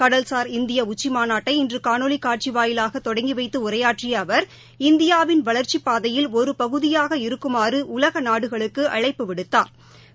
கடல்சார் இந்திய உச்சிமாநாட்டை இன்று காணொலி காட்சி வாயிலாக தொடங்கி வைத்து உரையாற்றிய அவர் இந்தியாவின் வளர்ச்சிப்பாதையில் ஒரு பகுதியாக இருக்குமாறு உலக நாடுகளுக்கு அழைப்பு விடுத்தாா்